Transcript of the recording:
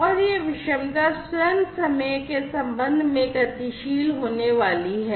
और यह विषमता स्वयं समय के संबंध में गतिशील होने वाली है